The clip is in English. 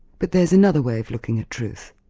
but there's another way of looking at truth,